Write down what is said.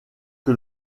que